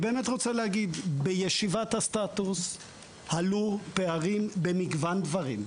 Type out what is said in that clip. בישיבת הסטטוס עלו פערים במגוון דברים.